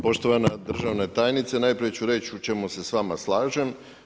Poštovana državna tajnice, najprije ću reći u čemu se s vama slažem.